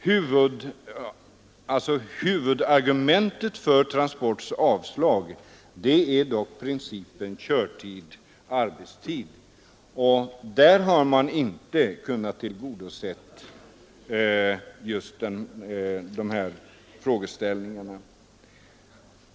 Huvudargumentet för Svenska transportarbetareförbundets avstyrkande är dock att arbetstidsprincipen inte har beaktats.